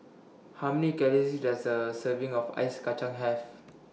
How Many Calories Does A Serving of Ice Kacang Have